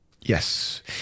Yes